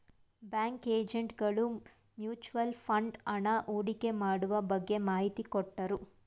bank agent ಗಳು mutual fund ಹಣ ಹೂಡಿಕೆ ಮಾಡುವ ಬಗ್ಗೆ ಮಾಹಿತಿ ಕೊಟ್ಟರು